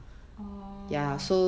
orh